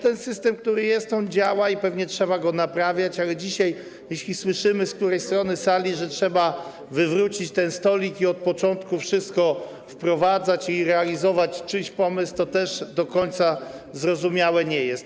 Ten system, który jest, działa i pewnie trzeba go naprawiać, ale jeśli dzisiaj słyszymy z którejś strony sali, że trzeba wywrócić ten stolik i od początku wszystko wprowadzać i realizować czyjś pomysł, to też do końca zrozumiałe nie jest.